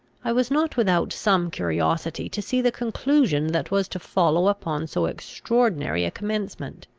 i was not without some curiosity to see the conclusion that was to follow upon so extraordinary a commencement.